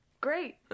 Great